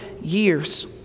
years